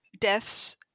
deaths